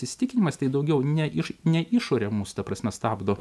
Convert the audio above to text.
įsitikinimas tai daugiau ne iš ne išorė mus ta prasme stabdo